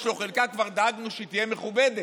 יש לו חלקה, כבר דאגנו שהיא תהיה מכובדת,